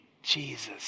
Jesus